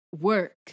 work